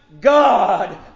God